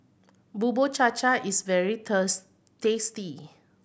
Bubur Cha Cha is very tasty